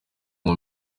ngo